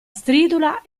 stridula